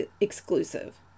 exclusive